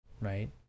right